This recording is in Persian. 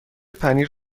پنیر